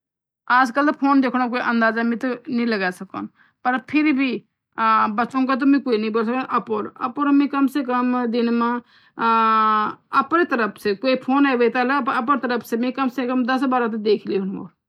आजकल तोह फ़ोन देख्नु अंदाजा में नई लगे सकदु पर फिर भी तुमता तोह में बोल नई सकदु पर ापुर में तोह जन दिन माँ ापुरी तरफ से क्वे फ़ोन हे वे जालु अपु तरफ में काम से काम दस बारा बार तोह देख डेलू